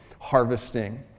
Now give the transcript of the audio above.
harvesting